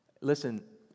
Listen